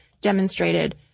demonstrated